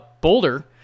Boulder